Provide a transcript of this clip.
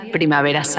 Primavera